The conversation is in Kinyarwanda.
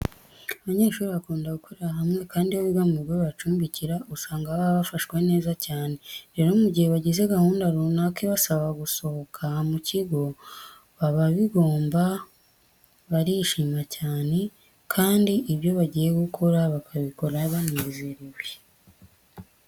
Abanyeshuri bakunda gukorera hamwe kandi iyo biga mu bigo bibacumbikira usanga baba bafashwe neza cyane. Rero mu gihe bagize gahunda runaka ibasaba gusohoka mu kigo baba bigamo, barishima cyane kandi ibyo bagiye gukora bakabikora banezerewe.